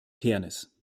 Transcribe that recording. fairness